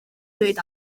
ddweud